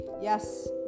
yes